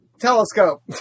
telescope